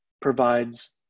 provides